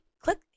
Click